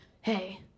hey